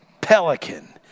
pelican